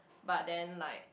but then like